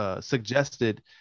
Suggested